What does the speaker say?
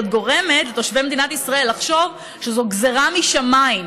היא עוד גורמת לתושבי מדינת ישראל לחשוב שזו גזרה משמיים,